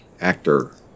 Actor